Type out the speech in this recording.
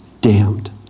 damned